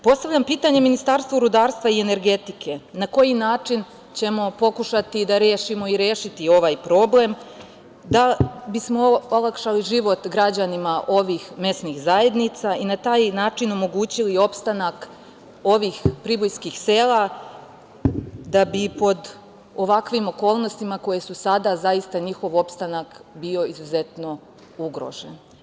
Postavljam pitanje Ministarstvu rudarstva i energetike – na koji način ćemo pokušati da rešimo i rešiti ovaj problem da bismo olakšali život građanima ovih mesnih zajednica i na taj način omogućili opstanak ovih pribojskih sela da bi pod ovakvim okolnostima koje su sada zaista njihov opstanak bio izuzetno ugrožen?